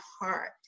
heart